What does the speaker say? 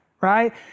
right